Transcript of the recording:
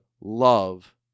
love